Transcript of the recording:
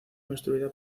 construida